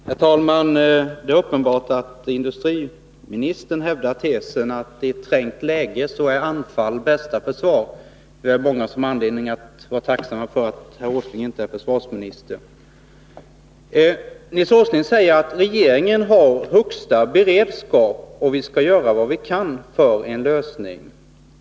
Herr talman! Det är uppenbart att industriministern hävdar tesen att i ett trängt läge är anfall bästa försvar. Det är många som har anledning att vara tacksamma för att herr Åsling inte är försvarsminister. Nils Åsling säger att regeringen har högsta beredskap och att vi skall göra vad vi kan för en lösning.